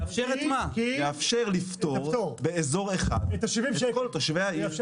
יאפשר לפטור באזור אחד את כל תושבי העיר.